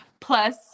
Plus